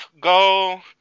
go